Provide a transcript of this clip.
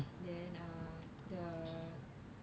then uh the